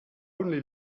only